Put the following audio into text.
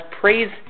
praise